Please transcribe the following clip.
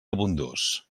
abundós